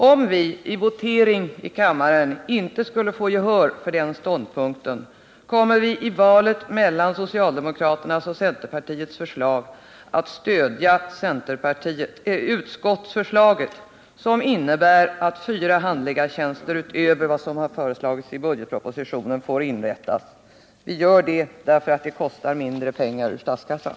Om vi vid voteringen här i kammaren inte skulle få gehör för den ståndpunkten kommer vi i valet mellan socialdemokraternas och centerpartiets förslag att stödja utskottets förslag, som innebär att fyra handläggartjänster utöver vad som föreslagits i budgetpropositionen får inrättas. Vi gör det därför att det kräver mindre pengar från statskassan.